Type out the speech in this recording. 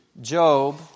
Job